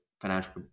financial